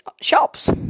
shops